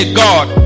god